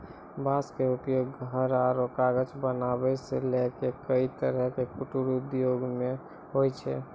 बांस के उपयोग घर आरो कागज बनावै सॅ लैक कई तरह के कुटीर उद्योग मॅ होय छै